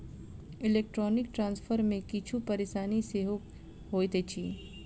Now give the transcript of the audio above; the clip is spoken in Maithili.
इलेक्ट्रौनीक ट्रांस्फर मे किछु परेशानी सेहो होइत अछि